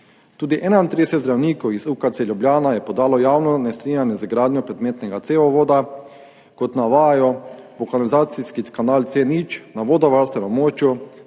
Tudi 31 zdravnikov iz UKC Ljubljana je podalo javno nestrinjanje z gradnjo predmetnega cevovoda. Kot navajajo, bo kanalizacijski kanal C0 na vodovarstvenem